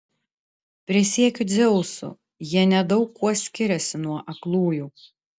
prisiekiu dzeusu jie nedaug kuo skiriasi nuo aklųjų